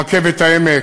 רכבת העמק,